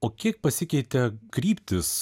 o kiek pasikeitė kryptys